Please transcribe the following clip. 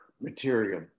material